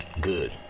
good